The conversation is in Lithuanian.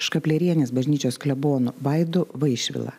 škaplierienės bažnyčios klebonu vaidu vaišvila